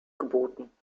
geboten